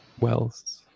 wealth